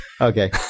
Okay